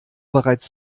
bereits